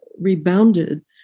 rebounded